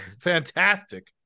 fantastic